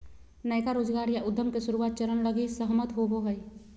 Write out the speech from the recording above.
नयका रोजगार या उद्यम के शुरुआत चरण लगी सहमत होवो हइ